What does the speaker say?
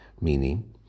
Meaning